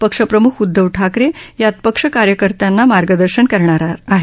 पक्ष प्रमुख उदधव ठाकरे यात पक्ष कार्यकर्त्यांना मार्गदर्शन करणार आहेत